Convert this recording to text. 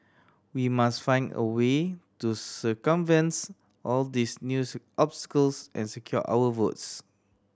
we must find a way to circumvents all these news obstacles and secure our votes